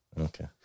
Okay